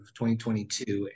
2022